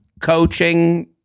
coaching